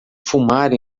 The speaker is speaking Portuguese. fumar